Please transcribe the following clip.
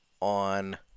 on